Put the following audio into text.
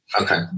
Okay